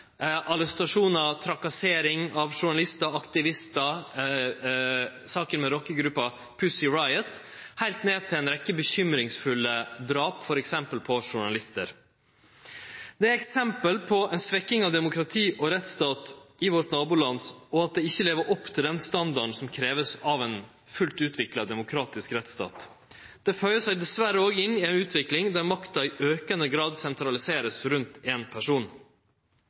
rekkje bekymringsfulle drap, f.eks. på journalister, er eksempel på ei svekking av demokrati og rettsstat i vårt naboland, og at dei ikkje lever opp til den standarden som vert kravd av ein fullt utvikla demokratisk rettsstat. Det føyer seg dessverre òg inn i ei utvikling der makta i aukande grad vert sentralisert rundt éin person.